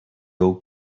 old